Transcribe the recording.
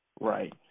right